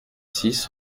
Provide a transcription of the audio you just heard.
six